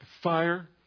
fire